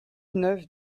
neuf